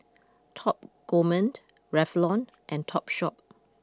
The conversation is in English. Top Gourmet Revlon and Topshop